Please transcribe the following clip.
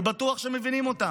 אני בטוח שמבינים אותם.